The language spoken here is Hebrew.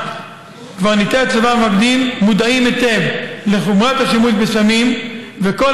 קברניטי הצבא והמפקדים מודעים היטב לחומרת השימוש בסמים וכל